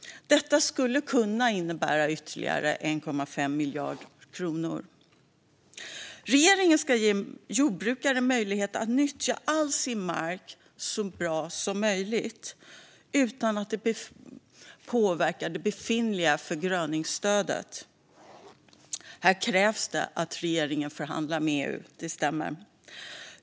Detta skulle kunna innebära ytterligare 1,5 miljarder kronor. Regeringen föreslås ge jordbrukare möjlighet att nyttja all sin mark så bra som möjligt utan att det påverkar det befintliga förgröningsstödet. Här krävs att regeringen förhandlar med EU; det stämmer.